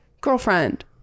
girlfriend